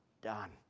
done